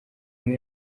umwe